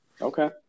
Okay